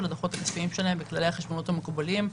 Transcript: הדוחות הכספיים שלהם בכללי החשבונאות המקובלים.